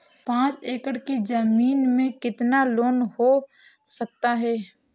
पाँच एकड़ की ज़मीन में कितना लोन हो सकता है?